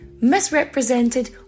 misrepresented